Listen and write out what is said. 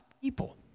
people